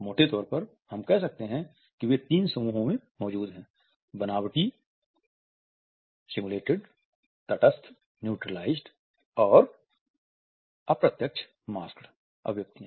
मोटे तौर पर हम कह सकते हैं कि वे तीन समूहों में मौजूद हैं बनावटी अभिव्यक्तियां